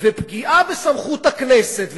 ופגיעה בסמכות הכנסת.